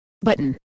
button